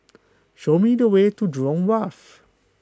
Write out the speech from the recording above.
show me the way to Jurong Wharf